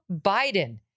Biden